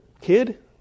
kid